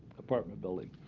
apartment building.